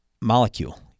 molecule